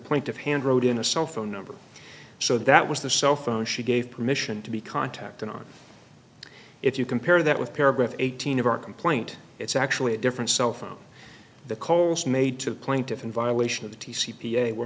point of hand wrote in a cell phone number so that was the cell phone she gave permission to be contacted on if you compare that with paragraph eighteen of our complaint it's actually a different cell phone the calls made to the plaintiff in violation of the t c p a were